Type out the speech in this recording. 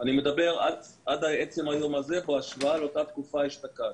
אני מדבר על עד עצם היום הזה בהשוואה לאותה תקופה אשתקד,